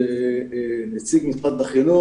לפנות לנציג משרד החינוך.